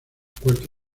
cuarto